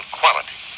quality